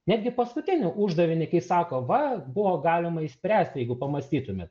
netgi paskutinį uždavinį kai sako va buvo galima išspręsti jeigu pamąstytume